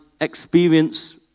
experience